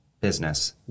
business